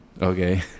Okay